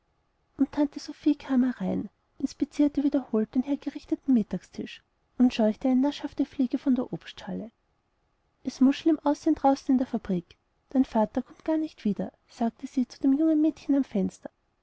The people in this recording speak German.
und tante sophie kam herein inspizierte wiederholt den hergerichteten mittagstisch und scheuchte eine naschhafte fliege von der obstschale es muß schlimm aussehen draußen in der fabrik dein vater kommt gar nicht wieder sagte sie zu dem jungen mädchen am fenster